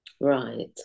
right